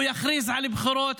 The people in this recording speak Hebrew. הוא יכריז על בחירות,